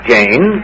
Jane